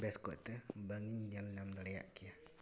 ᱵᱮᱥᱠᱚᱡᱛᱮ ᱵᱟᱝᱼᱤᱧ ᱧᱮᱞᱧᱟᱢ ᱫᱟᱲᱮᱭᱟᱜ ᱠᱮᱭᱟ